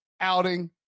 outing